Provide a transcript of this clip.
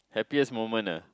happiest moment ah